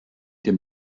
dem